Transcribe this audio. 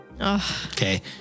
Okay